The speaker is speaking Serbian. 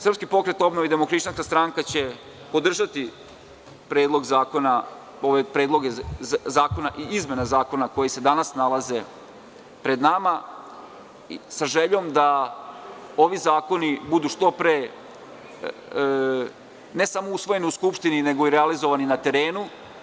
Srpski pokret obnove i DHSS će podržati ove predloge zakona i izmene zakona koje se danas nalaze pred nama, sa željom da ovi zakoni budu što pre, ne samo usvojeni u Skupštini, nego i realizovani na terenu.